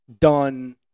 done